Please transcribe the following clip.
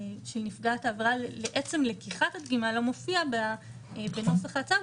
נפגעת העבירה לעצם לקיחת הדגימה לא מופיע בנוסח ההצעה,